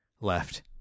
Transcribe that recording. left